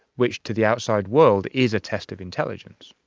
which to the outside world is a test of intelligence.